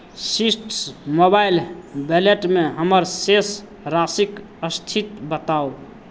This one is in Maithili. सीट्स मोबाइल वैलेटमे हमर शेष राशिक स्थिति बताउ